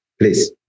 please